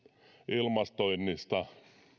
ilmastoinnista mutta